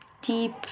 deep